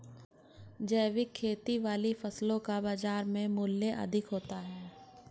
जैविक खेती वाली फसलों का बाजार मूल्य अधिक होता है